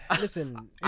Listen